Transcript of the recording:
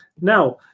now